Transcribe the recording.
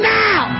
now